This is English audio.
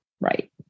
Right